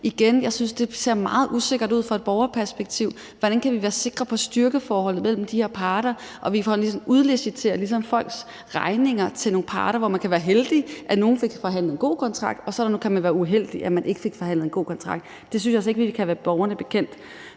at jeg synes, det ser meget usikkert ud set fra et borgerperspektiv. Hvordan kan vi være sikre på styrkeforholdet mellem de her parter? Vi udliciterer ligesom folks regninger til nogle parter, hvor nogle kan være heldige med, at der er blevet forhandlet en god kontrakt, og så kan nogle være uheldige med, at der ikke er blevet forhandlet en god kontrakt. Det synes jeg altså ikke vi kan være bekendt